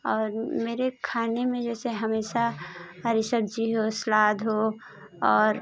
और मेरे खाने में जैसे हमेशा हरी सब्ज़ी हो सलाद हो और